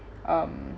um